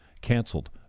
canceled